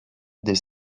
des